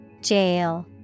Jail